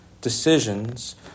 decisions